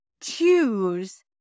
choose